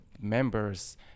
members